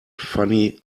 funny